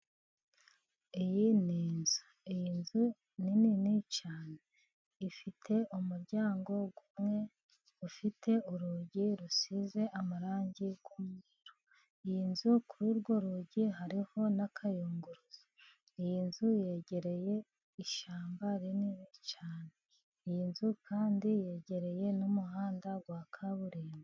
Iyi ni inzu, iyi nzu nini cyane ifite umuryango umwe, ufite urugi rusize amarangi y'umweru, iyi nzu kuri urwo rugi hariho n'akayunguruzo, yi nzu yegereye ishyamba rinini cyane, iyi nzu kandi yegereye n'umuhanda wa kaburimbo.